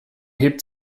hebt